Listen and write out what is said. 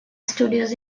studios